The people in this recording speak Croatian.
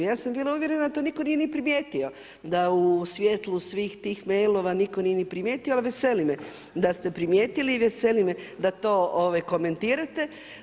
Ja sam bila uvjerena da to nitko nije ni primijetio, da u svjetlu svih tih mailova nitko nije ni primijetio, ali veseli me da ste primijetili i veseli me da to komentirate.